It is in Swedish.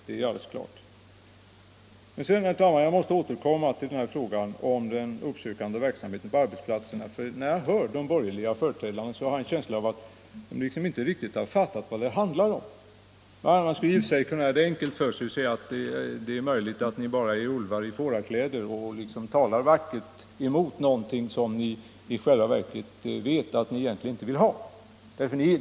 Men sedan måste jag, herr talman, återkomma till frågan om den uppsökande verksamheten på arbetsplatserna. När jag hör de borgerliga ledamöterna tala får jag en känsla av att de inte riktigt fattat vad det handlar om. Jag skulle kunna göra det enkelt för mig och säga att det är möjligt att ni bara är ulvar i fårakläder och talar vackert för någonting som ni är medvetna om att ni i själva verket inte vill ha.